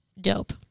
dope